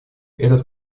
этот